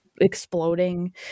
exploding